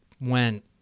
went